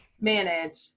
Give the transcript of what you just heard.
manage